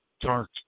dark